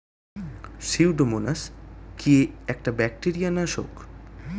Pseudomonas কি একটা bacteria নাশক?